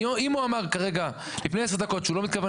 אם הוא אמר לפני 10 דקות שהוא לא מתכוון